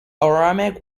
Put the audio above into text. aramaic